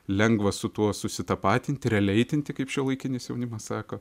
lengva su tuo susitapatinti releitinti kaip šiuolaikinis jaunimas sako